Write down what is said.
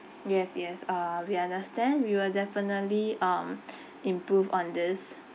yes yes uh we understand we will definitely um improve on this